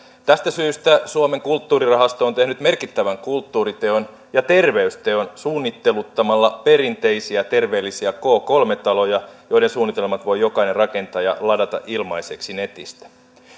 tästä syystä suomen kulttuurirahasto on tehnyt merkittävän kulttuuriteon ja terveysteon suunnitteluttamalla perinteisiä terveellisiä k kolme taloja joiden suunnitelmat voi jokainen rakentaja ladata ilmaiseksi netistä